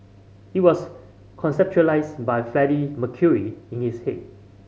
it was conceptualised by Freddie Mercury in his head